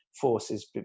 forces